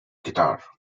guitar